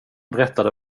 berättade